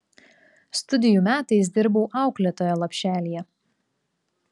studijų metais dirbau auklėtoja lopšelyje